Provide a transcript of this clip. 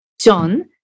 John